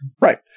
Right